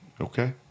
okay